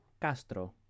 Castro